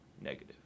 negative